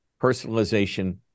personalization